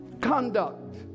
conduct